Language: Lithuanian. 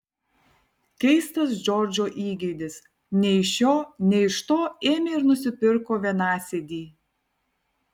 keistas džordžo įgeidis nei iš šio nei iš to ėmė ir nusipirko vienasėdį